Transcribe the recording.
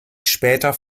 später